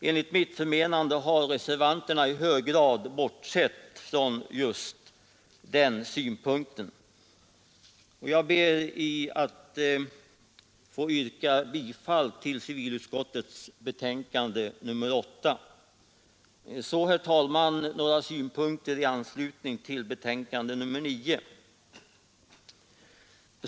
Enligt mitt förmenande har reservanterna i hög grad bortsett från just den synpunkten. Jag ber att få yrka bifall till hemställan i civilutskottets betänkande nr 8. Så, herr talman, några synpunkter i anslutning till betänkandet nr 9.